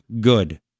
good